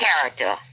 character